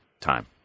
time